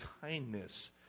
kindness